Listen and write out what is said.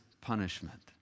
punishment